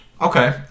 okay